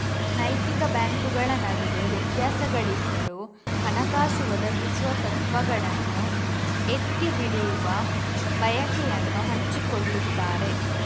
ನೈತಿಕ ಬ್ಯಾಂಕುಗಳ ನಡುವೆ ವ್ಯತ್ಯಾಸಗಳಿದ್ದರೂ, ಹಣಕಾಸು ಒದಗಿಸುವ ತತ್ವಗಳನ್ನು ಎತ್ತಿ ಹಿಡಿಯುವ ಬಯಕೆಯನ್ನು ಹಂಚಿಕೊಳ್ಳುತ್ತಾರೆ